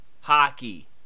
Hockey